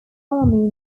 army